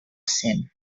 cent